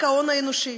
רק ההון האנושי,